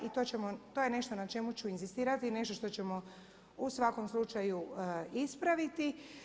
I to ćemo, to je nešto na čemu ću inzistirati i nešto što ćemo u svakom slučaju ispraviti.